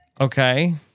Okay